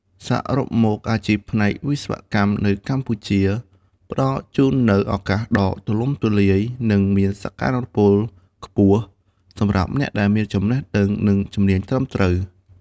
សរុបមក អាជីពផ្នែកវិស្វកម្មនៅកម្ពុជា ផ្តល់ជូននូវ ឱកាសដ៏ទូលំទូលាយ និងមានសក្ដានុពលខ្ពស់ សម្រាប់អ្នកដែលមានចំណេះដឹង និងជំនាញត្រឹមត្រូវ។